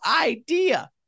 idea